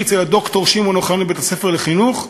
אצל ד"ר שמעון אוחיון בבית-הספר לחינוך,